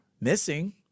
missing